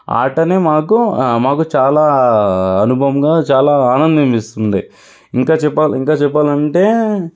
ఆటనే మాకు మాకు చాలా అనుభవంగా చాలా ఆనందం ఇస్తుంది ఇంకా చెప్పాలి ఇంకా చెప్పాలంటే